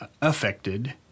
affected